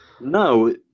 no